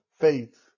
faith